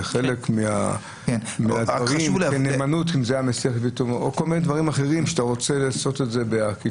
אם זה היה מסיח לתומו או כל מיני דברים אחרים שאתה רוצה לעשות בעקיפין.